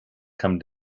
come